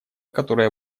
которое